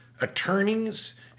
attorneys